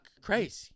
crazy